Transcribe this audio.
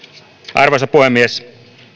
arvoisa puhemies